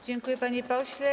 Dziękuję, panie pośle.